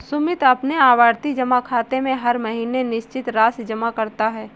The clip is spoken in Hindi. सुमित अपने आवर्ती जमा खाते में हर महीने निश्चित राशि जमा करता है